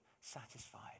satisfied